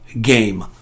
game